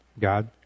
God